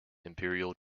imperial